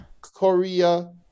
Korea